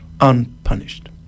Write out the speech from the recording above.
unpunished